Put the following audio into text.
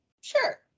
sure